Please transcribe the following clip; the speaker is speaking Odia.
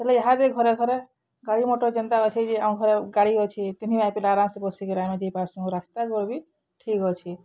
ହେଲେ ଇହାଦେ ଘରେ ଘରେ ଗାଡ଼ି ମଟର୍ ଯେନ୍ତା ଅଛେ ଯେ ଆମର୍ ଘରେ ଗାଡ଼ି ଅଛେ ତିନି ମାଇଁ ପିଲା ଆରାମ୍ସେ ବସିକରି ଆମେ ଯାଇପାରସୁଁ ରାସ୍ତା ଘର୍ ବି ଠିକ୍ ଅଛେ